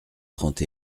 trente